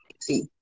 see